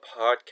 Podcast